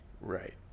Right